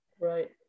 right